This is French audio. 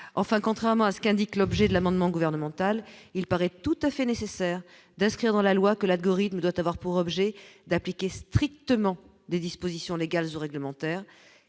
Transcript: enfin contrairement à ce qu'indique l'objet de l'amendement gouvernemental, il paraît tout à fait nécessaire d'inscrire dans la loi que la Gorrite doit avoir pour objet d'appliquer strictement les dispositions légales du réglementaire,